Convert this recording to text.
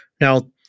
now